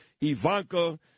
Ivanka